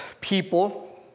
people